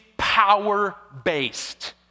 power-based